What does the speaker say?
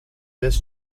this